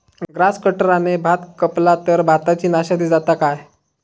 Grass कटराने भात कपला तर भाताची नाशादी जाता काय?